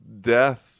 death